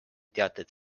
teateid